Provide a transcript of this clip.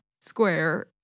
square